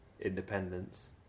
independence